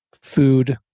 food